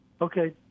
Okay